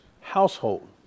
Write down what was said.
household